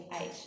eight